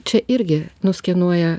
čia irgi nuskenuoja